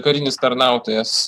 karinis tarnautojas